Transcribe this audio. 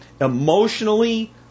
emotionally